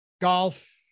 golf